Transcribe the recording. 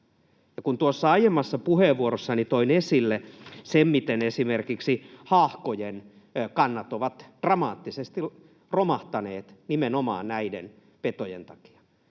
aiemmassa puheenvuorossani toin esille sen, miten esimerkiksi haahkojen kannat ovat dramaattisesti romahtaneet nimenomaan näiden petojen takia,